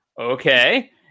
okay